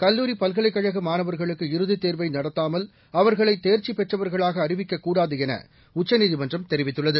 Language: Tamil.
கல்லூரி பல்கலைக் கழக மாணவர்களுக்கு இறுதித் தேர்வை நடத்தாமல் அவர்களை தேர்ச்சி பெற்றவர்களாக அறிவிக்கக்கூடாது என உச்சநீதிமன்றம் தெரிவித்துள்ளது